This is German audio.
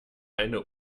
eine